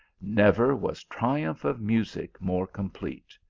never was triumph of music more complete.